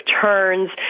turns